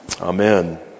Amen